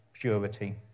purity